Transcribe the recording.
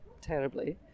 terribly